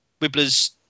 Wibblers